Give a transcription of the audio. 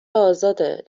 ازاده